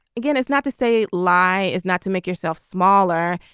again it's not to say lie is not to make yourself smaller.